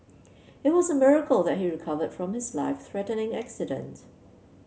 it was a miracle that he recovered from his life threatening accident